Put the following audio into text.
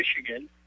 Michigan